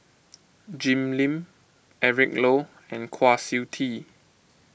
Jim Lim Eric Low and Kwa Siew Tee